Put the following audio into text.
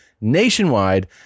nationwide